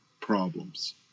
problems